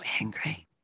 angry